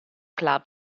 club